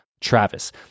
Travis